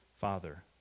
Father